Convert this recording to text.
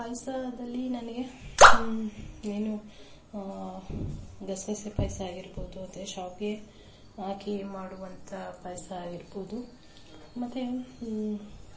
ಪಾಯಸದಲ್ಲಿ ನನಗೆ ಏನು ಗಸೆ ಗಸೆ ಪಾಯಸ ಆಗಿರ್ಬೋದು ಮತ್ತೆ ಶಾವಿಗೆ ಹಾಕಿ ಮಾಡುವಂಥ ಪಾಯಸ ಆಗಿರ್ಬೋದು ಮತ್ತೆ